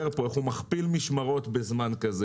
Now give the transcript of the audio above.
פה איך הוא מכפיל משמרות בזמן כזה,